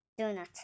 Donut